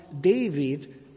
David